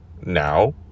Now